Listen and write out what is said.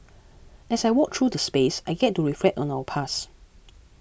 as I walk through the space I get to reflect on our past